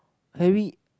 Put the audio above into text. Harry